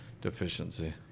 deficiency